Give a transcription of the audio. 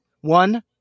One